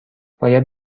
باید